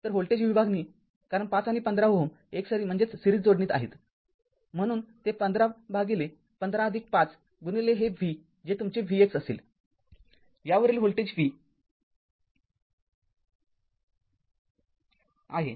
तर व्होल्टेज विभागणी कारण ५ आणि १५ Ω एकसरी जोडणीत आहेत म्हणून ते १५१५५हे v जे तुमचे vx असेल यावरील व्होल्टेज v आहे